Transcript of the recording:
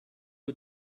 you